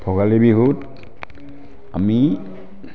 ভোগালী বিহুত আমি